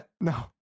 No